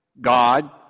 God